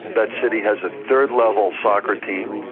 that city has a third level soccer team,